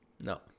No